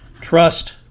trust